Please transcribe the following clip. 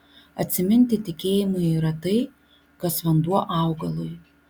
atsiminti tikėjimui yra tai kas vanduo augalui